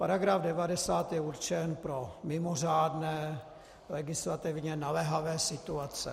Paragraf 90 je určen pro mimořádné legislativně naléhavé situace.